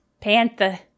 panther